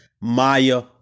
Maya